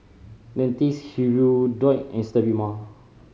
Dentiste Hirudoid and Sterimar